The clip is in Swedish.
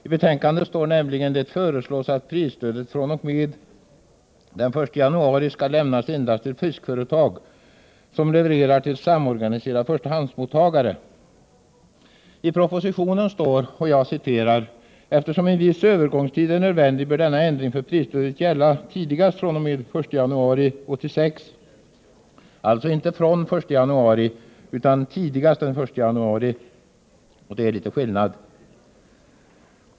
I betänkandet står nämligen: ”Det föreslås att prisstödet fr.o.m. den 1 januari 1986 skall lämnas endast till fiskeföretag som levererar till samorganiserade förstahandsmottagare.” I propositionen står under avsnitt 2.4.6: ”Eftersom en viss övergångstid är nödvändig bör denna ändring för prisstödet gälla tidigast fr.o.m. den 1 januari 1986.” Det står alltså inte från den 1 januari utan tidigast från den 1 januari, och det är litet skillnad.